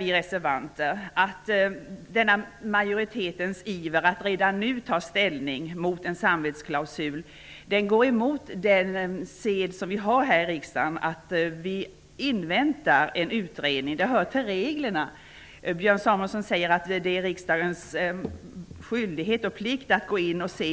Vi reservanter menar att denna majoritetens iver att redan nu ta ställning mot en samvetsklausul går emot den sed vi har här i riksdagen, nämligen att invänta en pågående utredning. Det hör till reglerna. Björn Samuelson säger att det är riksdagens skyldighet och plikt att